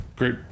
Great